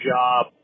job